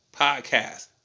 Podcast